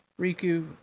Riku